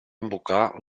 invocar